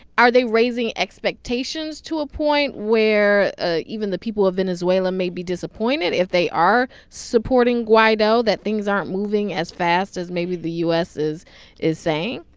are they raising expectations to a point where ah even the people of venezuela may be disappointed, if they are supporting guaido, that things aren't moving as fast as maybe the u s. is is saying?